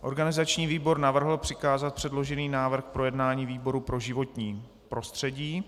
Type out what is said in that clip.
Organizační výbor navrhl přikázat předložený návrh k projednání výboru pro životní prostředí.